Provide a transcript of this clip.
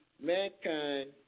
mankind